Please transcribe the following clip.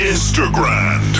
Instagram